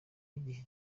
igihe